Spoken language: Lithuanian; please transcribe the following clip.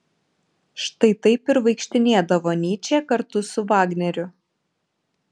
štai taip ir vaikštinėdavo nyčė kartu su vagneriu